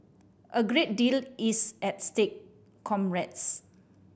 a great deal is at stake comrades